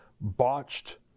botched